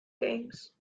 games